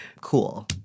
cool